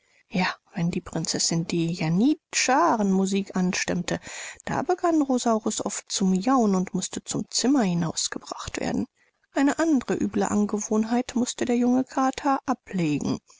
ja wenn die prinzeß die janitscharen musik anstimmte da begann rosaurus oft zu miauen und mußte zum zimmer hinausgebracht werden eine andere üble angewohnheit mußte der junge kater ablegen